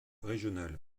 régionales